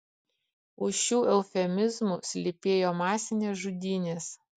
už šių eufemizmų slypėjo masinės žudynės